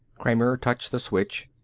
kramer touched the switch.